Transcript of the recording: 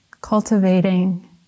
cultivating